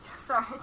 sorry